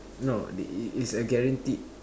no it it is a guaranteed